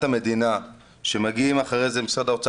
המדינה שמגיעים אחרי זה למשרד האוצר,